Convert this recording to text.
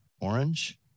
orange